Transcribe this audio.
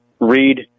read